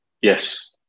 Yes